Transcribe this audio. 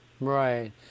Right